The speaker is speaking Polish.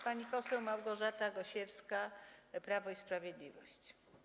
Pani poseł Małgorzata Gosiewska, Prawo i Sprawiedliwość.